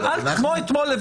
כמו אתמול,